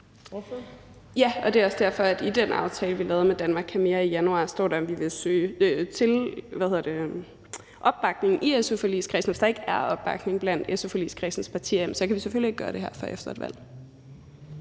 Ja, og det er også derfor, at der i den aftale, vi lavede i januar, i forbindelse med »Danmark kan mere« står, at vi vil søge opbakning i su-forligskredsen. Hvis der ikke er opbakning blandt forligskredsens partier, kan vi selvfølgelig ikke gøre det her før efter et valg.